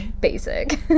Basic